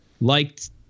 Liked